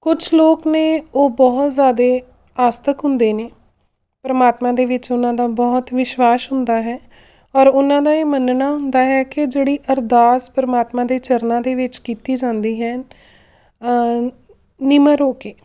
ਕੁਛ ਲੋਕ ਨੇ ਉਹ ਬਹੁਤ ਜ਼ਿਆਦਾ ਆਸਤਕ ਹੁੰਦੇ ਨੇ ਪਰਮਾਤਮਾ ਦੇ ਵਿੱਚ ਉਹਨਾਂ ਦਾ ਬਹੁਤ ਵਿਸ਼ਵਾਸ ਹੁੰਦਾ ਹੈ ਔਰ ਉਹਨਾਂ ਦਾ ਇਹ ਮੰਨਣਾ ਹੁੰਦਾ ਹੈ ਕੇ ਜਿਹੜੀ ਅਰਦਾਸ ਪਰਮਾਤਮਾ ਦੇ ਚਰਨਾਂ ਦੇ ਵਿੱਚ ਕੀਤੀ ਜਾਂਦੀ ਹੈ ਨਿਮਰ ਹੋ ਕੇ